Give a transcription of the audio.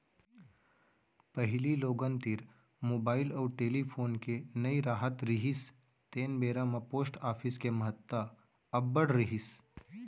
पहिली लोगन तीर मुबाइल अउ टेलीफोन के नइ राहत रिहिस तेन बेरा म पोस्ट ऑफिस के महत्ता अब्बड़ रिहिस